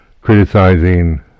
criticizing